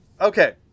Okay